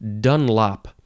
Dunlop